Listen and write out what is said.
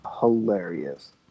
hilarious